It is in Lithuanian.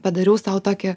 padariau sau tokį